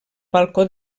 balcó